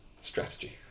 strategy